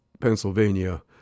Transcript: Pennsylvania